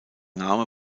name